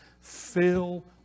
fill